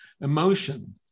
emotion